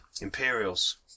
imperials